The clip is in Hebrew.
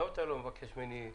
למה אתה לא מבקש ממני לנזוף בהם?